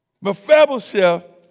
Mephibosheth